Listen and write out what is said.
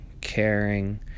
caring